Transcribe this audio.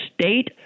state